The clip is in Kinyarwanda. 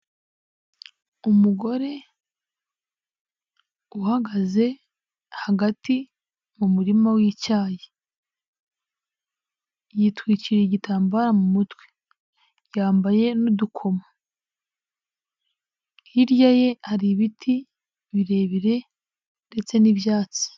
Umugore, uhagaze, hagati, mu murima w'icyayi. Yitwikiriye igitambaro mu mutwe, yambaye n'udukomo. Hirya ye hari ibiti birebire ndetse n'ibyatsi.